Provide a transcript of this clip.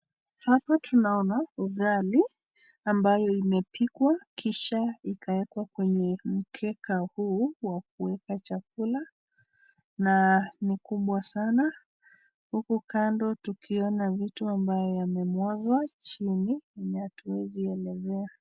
Hapa tunaona ugali ambayo imepikwa kisha ikaekwa kwenye mkeka huu wa kueka chakula na ni kubwa sana huku kando tukiona vitu ambayo yamemwagwa chini hatuwezi elezea.